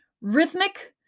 rhythmic